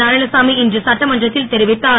நாராயணசாமி இன்று சட்டமன்றத்தில் தெரிவித்தார்